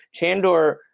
Chandor